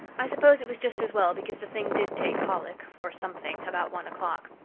i suppose it was just as well, because the thing did take colic or something about one o'clock.